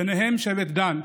ביניהם שבט דן.